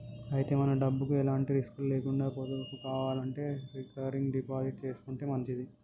అయితే మన డబ్బుకు ఎలాంటి రిస్కులు లేకుండా పొదుపు కావాలంటే రికరింగ్ డిపాజిట్ చేసుకుంటే మంచిది